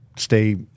stay